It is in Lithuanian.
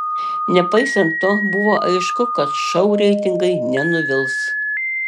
nepaisant to buvo aišku kad šou reitingai nenuvils